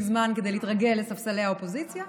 זמן כדי להתרגל לספסלי האופוזיציה,